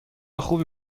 خوبی